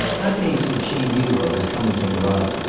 that means that she knew i was coming to norada.